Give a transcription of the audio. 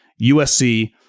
USC